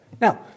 Now